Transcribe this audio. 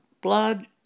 blood